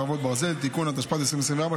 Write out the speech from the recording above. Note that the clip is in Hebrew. חרבות ברזל) (תיקון) התשפ"ד 2024,